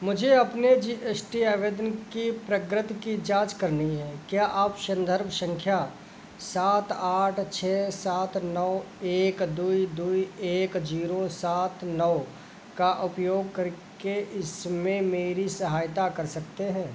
मुझे अपने G S T आवेदन की प्रगति की जाँच करनी है क्या आप संदर्भ संख्या सात आठ छः सात नौ एक दो दो एक जीरो सात नौ का उपयोग करके इसमें मेरी सहायता कर सकते हैं